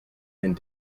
and